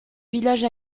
village